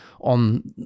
on